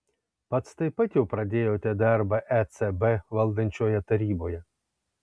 pats taip pat jau pradėjote darbą ecb valdančioje taryboje